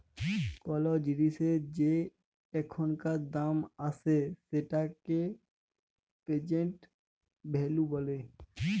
call জিলিসের যে এখানকার দাম আসে সেটিকে প্রেজেন্ট ভ্যালু ব্যলে